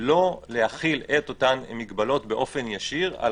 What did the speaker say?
לא להחיל את אותן מגבלות באופן ישיר על